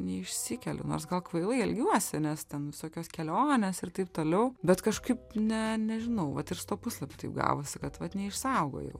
neišsikeliu nors gal kvailai elgiuosi nes ten visokios kelionės ir taip toliau bet kažkaip ne nežinau vat ir su tuo puslapiu taip gavosi kad vat neišsaugojau